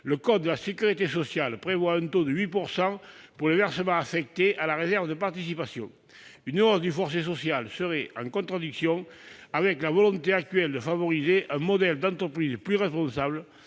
le code de la sécurité sociale prévoit un taux de 8 % pour le versement affecté à la réserve de participation. Une hausse du forfait social serait en contradiction avec la volonté actuelle de privilégier un modèle d'entreprise plus responsable,